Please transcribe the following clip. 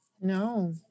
No